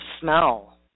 smell